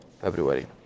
February